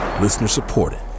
Listener-supported